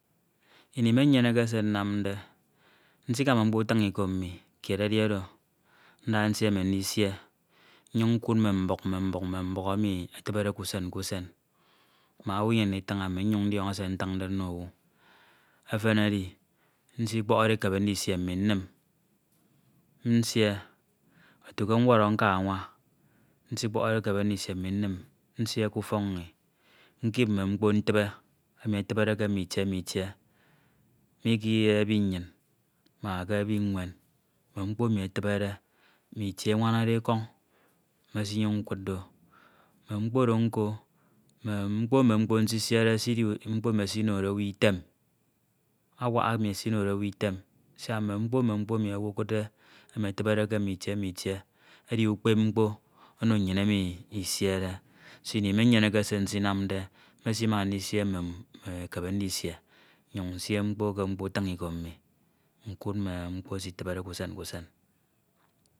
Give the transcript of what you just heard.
Ini me nyeneke se nnamde, nsikania mkpo utiñ Ike mmi, kied edi Oro nda nsie mme ndise nnyiñ nkud mme mbuk mme mbuk mme mbuk emi etibede k'usen k'usen make owu inyem ndifiñ Ami nyañ ndiọñọ se ntiñde nno owu. Efen edi nsikibade ekebe ndisie mmi nnim otu ke ñwọrọ nka anwa nsikpọhọre ekebe ndisie mmi nnim nsie k'ufọk nni nkip mme mkpo ntibe eke mmitie mm'itie mme mkpo emi etibede mm'itie wanade ekọñ mme mklk oro nko mme mkpk nsisiede esidi mkpoemj esinode owu item awak emi esinode owu item siak mme mkpo mme mkpo emi ami nsikudde emi etibede ke mme itie mm'itie edi ukpep mkpo Ono nnyin emi inside do ini mmenyeneke se nnamde mmesima ndisie mme ekebe ndisie nnyuñ nsie mkpo me mkpo ufiñ Iko mmi nkud mme mkpo s'itibede k'usen k'usen